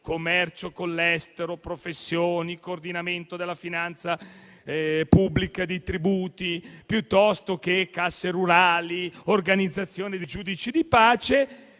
commercio con l'estero, professioni, coordinamento della finanza pubblica e dei tributi, casse rurali, organizzazione dei giudici di pace),